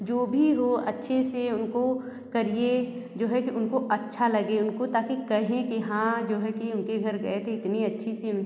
जो भी हो अच्छे से उनको करिए जो है कि उनको अच्छा लगे उनको ताकि कहें कि हाँ जो है कि उनके घर गए थे इतनी अच्छी सी उन